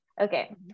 Okay